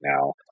now